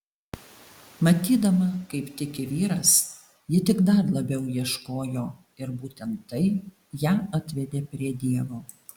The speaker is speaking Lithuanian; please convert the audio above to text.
matydama kaip tiki vyras ji tik dar labiau ieškojo ir būtent tai ją atvedė prie dievo